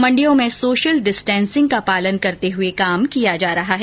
मंडियों में social distancing का पालन करते हुए काम किया जा रहा है